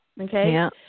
Okay